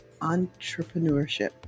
entrepreneurship